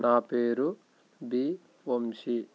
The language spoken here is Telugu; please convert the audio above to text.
నా పేరు బి వంశీ